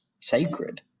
sacred